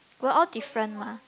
we're all different mah